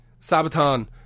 Sabaton